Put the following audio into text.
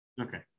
Okay